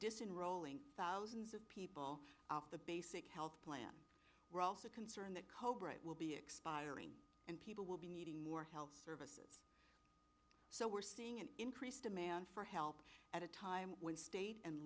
dissin rolling thousands of people out the basic health plan we're also concerned that cobra will be expiring and people will be needing more health services so we're seeing an increased demand for help at a time when state and